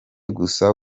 gusa